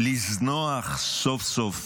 לזנוח סוף-סוף